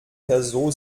perso